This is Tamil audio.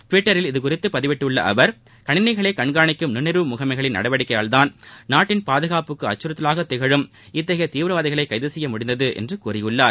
டிவிட்டரில் இதுகுறித்து பதிவிட்டுள்ள அவர் கணினிகளை கண்காணிக்கும் நுண்ணறிவு முகமைகளின் நடவடிக்கைகளால்தான் நாட்டின் பாதுகாப்புக்கு அச்சுறுத்தலாக திகழும் இத்தகைய தீவிரவாதிகளை கைது செய்ய முடிந்தது என்று கூறியுள்ளார்